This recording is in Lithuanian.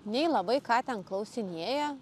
nei labai ką ten klausinėja